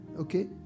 Okay